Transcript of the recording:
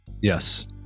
Yes